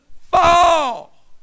fall